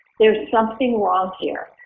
there's something wrong here.